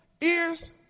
ears